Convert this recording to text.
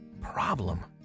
problem